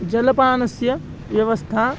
जलपानस्य व्यवस्था